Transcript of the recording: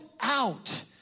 out